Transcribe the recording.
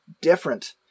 different